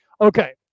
Okay